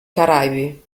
caraibi